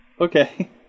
Okay